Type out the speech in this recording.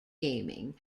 gaming